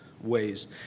ways